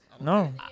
No